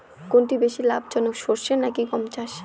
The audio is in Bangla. কোনটি বেশি লাভজনক সরষে নাকি গম চাষ?